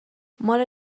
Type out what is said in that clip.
مال